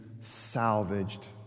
salvaged